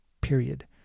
period